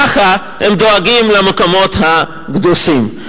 כך הם דואגים למקומות הקדושים.